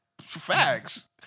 Facts